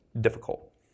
difficult